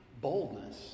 boldness